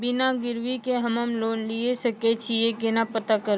बिना गिरवी के हम्मय लोन लिये सके छियै केना पता करबै?